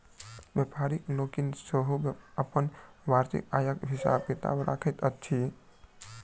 व्यापारि लोकनि सेहो अपन वार्षिक आयक हिसाब किताब रखैत छथि